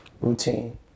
routine